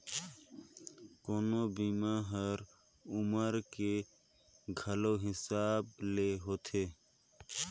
कोनो बीमा हर उमर के घलो हिसाब ले होथे